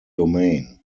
domain